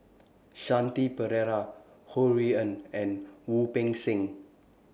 Shanti Pereira Ho Rui An and Wu Peng Seng